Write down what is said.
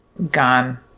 Gone